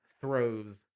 throws